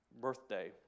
birthday